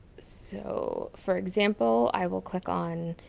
so for example i will click on